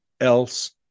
else